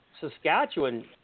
Saskatchewan